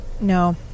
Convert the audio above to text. no